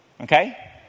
Okay